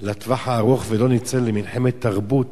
לטווח הארוך, ולא נצא למלחמת תרבות